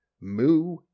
moo